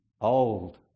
old